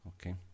okay